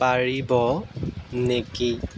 পাৰিব নেকি